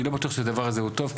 אני לא בטוח שהדבר הזה הוא טוב,